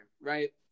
right